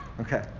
Okay